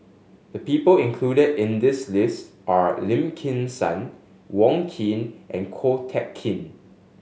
the people included in this list are Lim Kim San Wong Keen and Ko Teck Kin